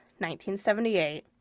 1978